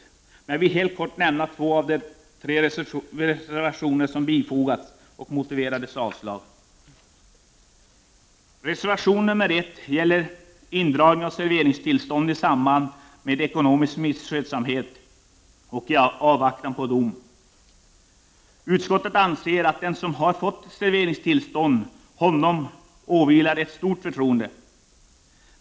Men jag vill helt kort nämna två av de tre reservationer som bifogats betänkandet och motivera ett avstyrkande av dessa. Reservation 1 gäller indragning av serveringstillstånd i samband med ekonomisk misskötsamhet och i avvaktan på dom. Utskottet anser att den som har fått ett serveringstillstånd åvilar ett stort förtroende.